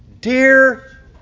Dear